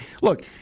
look